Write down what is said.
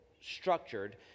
structured